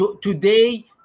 today